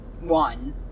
one